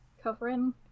Covering